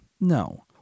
No